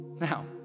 now